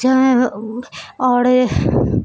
چاہے اور